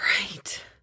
right